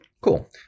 Cool